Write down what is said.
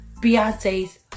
Beyonce's